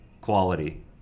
quality